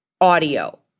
audio